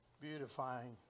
beautifying